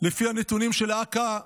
לפי הנתונים של אכ"א,